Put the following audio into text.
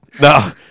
no